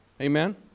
Amen